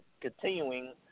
continuing